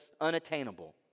unattainable